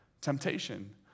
temptation